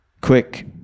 quick